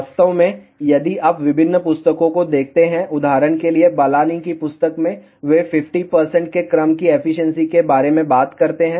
वास्तव में यदि आप विभिन्न पुस्तकों को देखते हैं उदाहरण के लिए बालानी की पुस्तक में वे 50 के क्रम की एफिशिएंसी के बारे में बात करते हैं